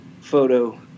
photo